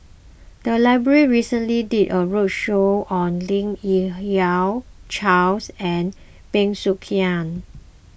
the library recently did a roadshow on Lim Yi Yong Charles and Bey Soo Khiang